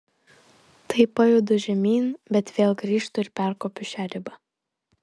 tai pajudu žemyn bet vėl grįžtu ir perkopiu šią ribą